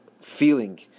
feeling